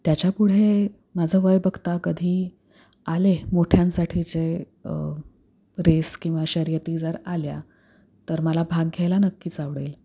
त्याच्यापुढे माझं वय बघता कधी आले मोठ्यांसाठी जे रेस किंवा शर्यती जर आल्या तर मला भाग घ्यायला नक्कीच आवडेल